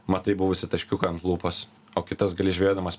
matai buvusi taškiuką ant lūpos o kitas gali žvejodamas